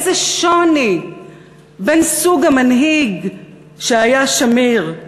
איזה שוני בין סוג המנהיג שהיה שמיר,